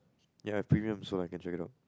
ya premium so I can check it out